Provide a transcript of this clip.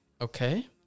okay